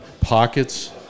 Pockets